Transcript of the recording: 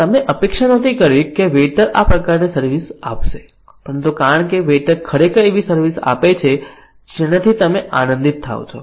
તમે અપેક્ષા નહોતી કરી કે વેઈટર આ પ્રકારની સર્વિસ આપશે પરંતુ કારણ કે વેઈટર ખરેખર એવી સર્વિસ આપે છે જેનાથી તમે આનંદિત થાઓ છો